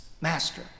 Master